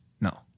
No